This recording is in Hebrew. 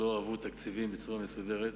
לא עברו תקציבים בצורה מסודרת,